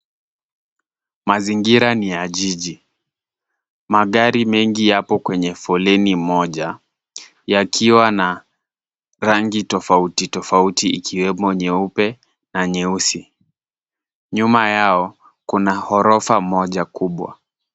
Mazingira ni ya jiji. Magari mengi yapo kwenye foleni moja yakiwa na rangi tofauti tofauti ikiwemo nyeupe na nyeusi. Nyuma yao kuna ghorofa moja kubwa.